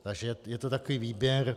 Takže je to takový výběr.